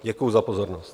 Děkuju za pozornost.